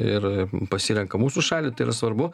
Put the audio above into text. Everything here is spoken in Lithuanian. ir pasirenka mūsų šalį tai yra svarbu